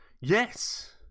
yes